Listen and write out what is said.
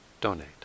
donate